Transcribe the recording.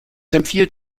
empfiehlt